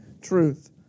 truth